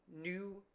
new